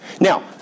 Now